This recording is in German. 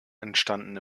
entstanden